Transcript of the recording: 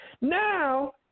Now